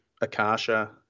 Akasha